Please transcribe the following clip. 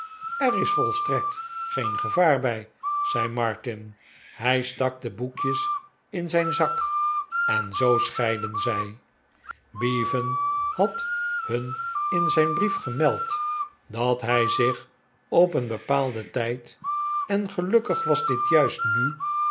et is volstrekt geen gevaar bij zei martin hij stak de boekjes in zijn zak en zoo scheidden zij bevan had nun in zijn brief gemeld dat hij zich op een bepaalden tijd en gelukkig was dit juist nu